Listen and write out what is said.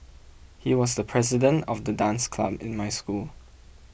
he was the president of the dance club in my school